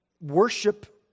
worship